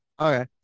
Okay